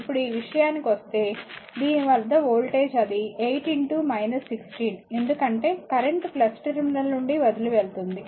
ఇప్పుడు ఈ విషయానికి వస్తే దీని వద్ద వోల్టేజ్ అది 8 16 ఎందుకంటే కరెంట్ టెర్మినల్ నుండి వదిలివెళ్తుంది